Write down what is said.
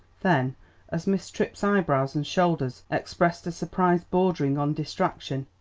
then as miss tripp's eyebrows and shoulders expressed a surprise bordering on distraction,